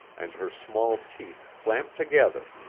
and her small teeth clamped together.